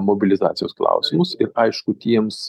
mobilizacijos klausimus ir aišku tiems